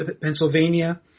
Pennsylvania